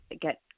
get